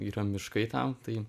yra miškai tam tai